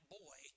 boy